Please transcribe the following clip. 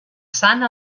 sant